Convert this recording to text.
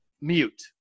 mute